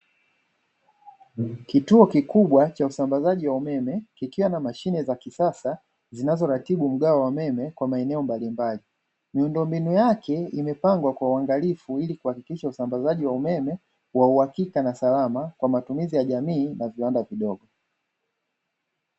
Kituo kikubwa cha usambazaji wa umeme kikiwa na mashine za kisasa zinazoratibu mgawo wa umeme kwa maeneo mbalimbali, miundombinu yake imepangwa kwa uangalifu ili kuhakikisha usambazaji wa umeme wa uhakika na salama kwa matumizi ya jamii na viwanda vidogo.